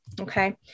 Okay